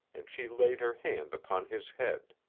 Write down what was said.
and she laid her hand upon his head.